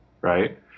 right